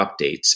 updates